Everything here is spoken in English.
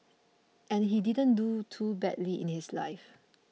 and he didn't do too badly in his life